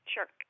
Sure